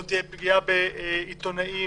לא תהיה פגיעה בעיתונאים,